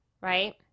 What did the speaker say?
right